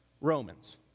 Romans